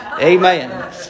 Amen